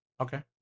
Okay